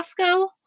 Costco